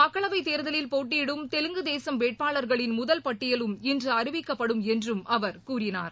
மக்களவைதேர்தலில் போட்டியிடும் தெலுங்கு தேசம் வேட்பாளர்களின் முதல் பட்டியலும் இன்றுஅறிவிக்கப்படும் என்றும் அவர் கூறினார்